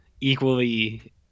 equally